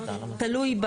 תלוי,